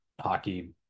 hockey